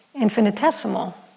infinitesimal